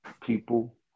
people